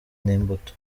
n’imbuto